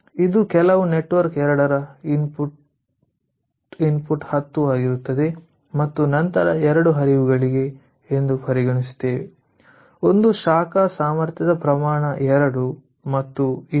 ಇದು ಕೆಲವು ನೆಟ್ವರ್ಕ್ 2 ರ ಇನ್ಪುಟ್ 10 ಆಗಿರುತ್ತದೆ ಮತ್ತು ನಂತರ 2 ಹರಿವುಗಳಿಗೆ ಎಂದು ಪರಿಗಣಿಸುತ್ತೇವೆ ಒಂದು ಶಾಖ ಸಾಮರ್ಥ್ಯದ ಪ್ರಮಾಣ 2 ಮತ್ತು ಇನ್ನೊಂದು 2